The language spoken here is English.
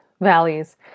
valleys